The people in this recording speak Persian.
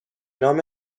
نام